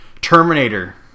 Terminator